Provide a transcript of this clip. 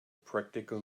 practical